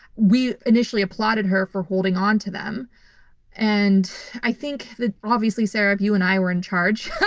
we initially applauded her for holding onto them and i think that obviously, sarah, if you and i were in charge,